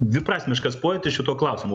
dviprasmiškas pojūtis šituo klausimu